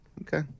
Okay